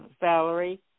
Valerie